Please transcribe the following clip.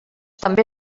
també